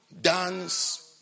dance